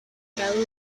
grado